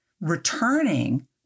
Returning